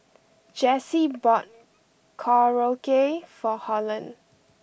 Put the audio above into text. Jesse bought Korokke for Holland